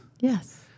Yes